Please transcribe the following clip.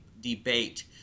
debate